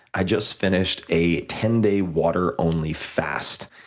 i just finished a ten day water only fast,